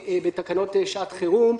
בתקנות שעת חירום,